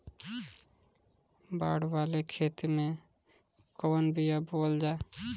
बाड़ वाले खेते मे कवन बिया बोआल जा?